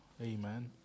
Amen